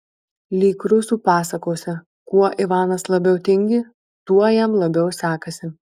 lyg rusų pasakose kuo ivanas labiau tingi tuo jam labiau sekasi